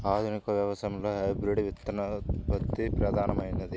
ఆధునిక వ్యవసాయంలో హైబ్రిడ్ విత్తనోత్పత్తి ప్రధానమైనది